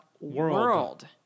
world